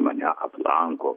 mane aplanko